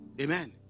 amen